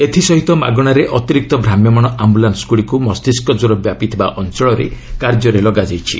ଏଥିସହିତ ମାଗଣାରେ ଅତିରିକ୍ତ ଭ୍ରାମ୍ୟମାଣ ଆମ୍ଭୁଲାନ୍ୱଗୁଡ଼ିକୁ ମସ୍ତିଷ୍କ କ୍ୱର ବ୍ୟାପିଥିବା ଅଞ୍ଚଳରେ କାର୍ଯ୍ୟରେ ଲଗାଯାଇଛି